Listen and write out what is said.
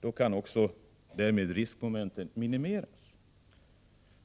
riskmomenten därmed minimerades.